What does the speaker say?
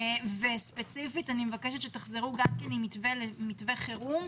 וספציפית אני מבקשת שתחזרו עם מתווה חירום,